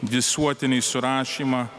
visuotinį surašymą